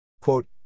Quote